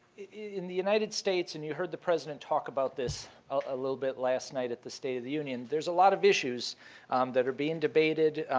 in the united states, and you heard the president talk about this a little bit last night at the state of the union, there's a lot of issues that are being debated.